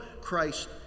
Christ